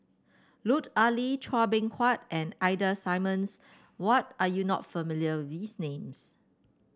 Lut Ali Chua Beng Huat and Ida Simmons what are you not familiar these names